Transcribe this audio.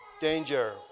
danger